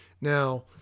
Now